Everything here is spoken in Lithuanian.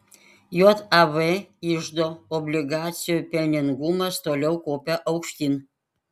jav iždo obligacijų pelningumas toliau kopia aukštyn